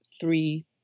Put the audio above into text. three